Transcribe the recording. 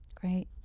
great